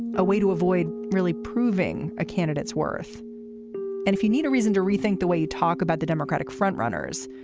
a way to avoid really proving a candidate's worth. and if you need a reason to rethink the way you talk about the democratic frontrunners,